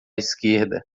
esquerda